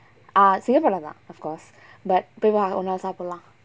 ah of course but எப்பயா வா ஒரு நாள் சாப்படலாம்:eppayaa va oru naal saappadalaam